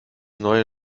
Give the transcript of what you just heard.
neue